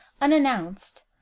unannounced